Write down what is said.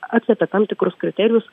atliepia tam tikrus kriterijus